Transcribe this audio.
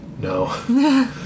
no